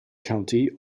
county